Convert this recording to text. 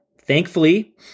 Thankfully